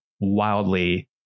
wildly